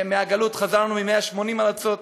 מהגלות חזרנו מ-180 ארצות,